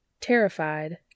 Terrified